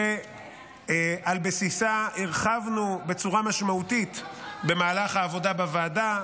ועל בסיסה הרחבנו בצורה משמעותית במהלך העבודה בוועדה,